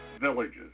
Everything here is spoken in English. Villages